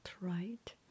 right